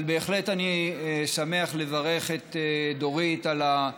אבל בהחלט אני שמח לברך את דורית על המהפכה,